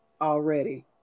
Already